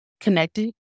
connected